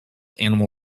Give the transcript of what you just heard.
animal